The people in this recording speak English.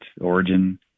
origin